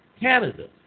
Canada